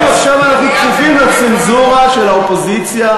האם עכשיו אנחנו כפופים לצנזורה של האופוזיציה?